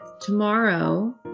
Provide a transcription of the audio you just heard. tomorrow